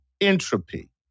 entropy